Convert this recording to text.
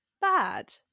bad